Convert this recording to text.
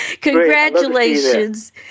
Congratulations